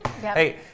hey